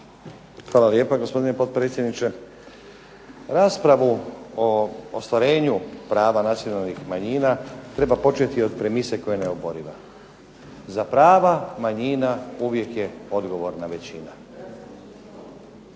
Hvala lijepa gospodine potpredsjedniče. Raspravu o ostvarenju prava nacionalnih manjina treba početi od premise koja je neoboriva. Za prava manjina uvijek je odgovorna većina.